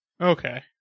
Okay